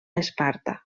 esparta